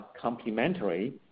complementary